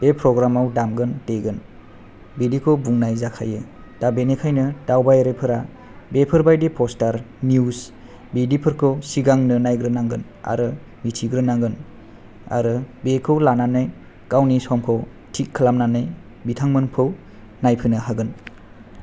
बे फ्रग्रामाव दामगोन देगोन बिदिखौ बुंनाय जाखायो दा बेनिखायनो दावबायारिफोरा बेफोरबायदि फसथार निउस बिदिफोरखौ सिगांनो नायग्रोनांगोन आरो मिथिग्रोनांगोन आरो बेखौ लानानै गावनि समखौ थिग खालामनानै बिथांमोनखौ नायफैनो हागोन